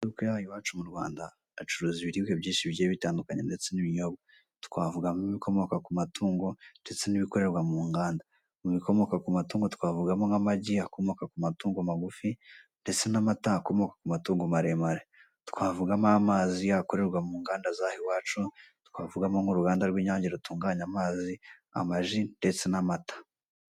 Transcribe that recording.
Amaduka yaha iwacu m'U Rwanda acuruza ibiribwa bigiye bitandukanye ndetse n'ibinyobwa twavugamo; ibikomoka ku amatungo ndetse n'ibikomoka mu inganda, mubikomoka ku amatungo twavugamo; nk' amagi akomoka ku amatungo magufi ndetse n'amata akomoka ku amatungo maremare, twavugamo amazi akorerwa mu inganda zaha iwacu, twavugamo nk'uruganda rw'inyange rutunganya amazi, amaji, ndetse n'amata.